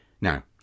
Now